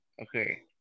okay